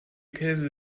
käse